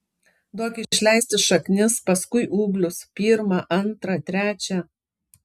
duok išleisti šaknis paskui ūglius pirmą antrą trečią